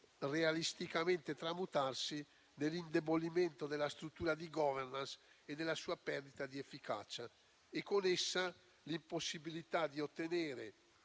realisticamente tramutarsi nell'indebolimento della struttura di *governance,* nella sua perdita di efficacia e con essa nell'impossibilità di ottenere